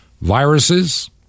viruses